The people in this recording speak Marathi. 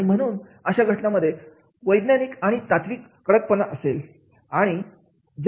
आणि म्हणून अशा घटनांमध्ये वैज्ञानिक आणि तात्विक कडकपणा असेल